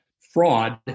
fraud